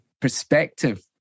perspective